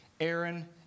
Aaron